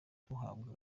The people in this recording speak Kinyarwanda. duhabwa